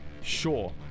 sure